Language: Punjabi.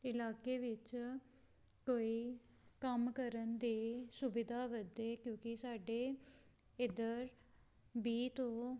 ਇਲਾਕੇ ਵਿੱਚ ਕੋਈ ਕੰਮ ਕਰਨ ਦੀ ਸੁਵਿਧਾ ਵਧੇ ਕਿਉਂਕਿ ਸਾਡੇ ਇੱਧਰ ਵੀਹ ਤੋਂ